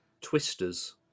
Twisters